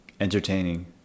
entertaining